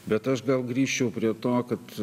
bet aš gal grįšiu prie to kad